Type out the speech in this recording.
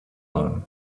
alone